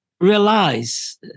realize